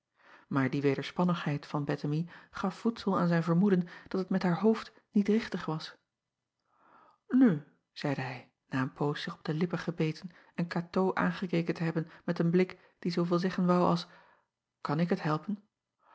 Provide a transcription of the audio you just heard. evenster delen derspannigheid van ettemie gaf voedsel aan zijn vermoeden dat het met haar hoofd niet richtig was u zeide hij na een poos zich op de lippen gebeten en atoo aangekeken te hebben met een blik die zooveel zeggen woû als kan ik het helpen